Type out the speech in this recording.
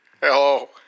Hello